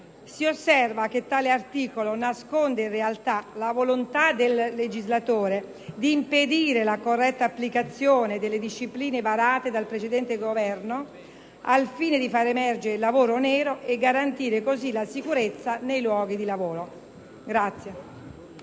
Si osserva che tale articolo nasconde in realtà la volontà del legislatore di impedire la corretta applicazione delle discipline varate dal precedente Governo al fine di far emergere il lavoro nero e garantire così la sicurezza nei luoghi di lavoro.